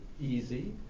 easy